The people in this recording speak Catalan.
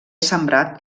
sembrat